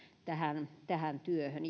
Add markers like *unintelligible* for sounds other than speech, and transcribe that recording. tähän tähän työhön *unintelligible*